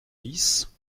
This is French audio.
dix